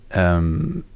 um,